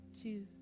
two